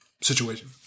situation